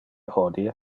hodie